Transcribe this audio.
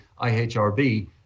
IHRB